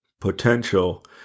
potential